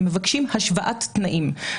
הם מבקשים השוואת תנאים.